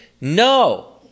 No